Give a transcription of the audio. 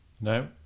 no